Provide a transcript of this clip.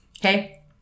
Okay